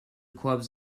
clubs